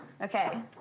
Okay